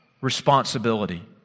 responsibility